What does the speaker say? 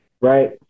right